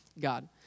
God